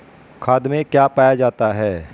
खाद में क्या पाया जाता है?